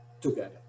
together